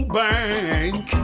bank